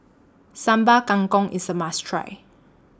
Sambal Kangkong IS A must Try